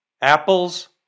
Apples